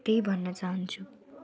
त्यही भन्न चाहन्छु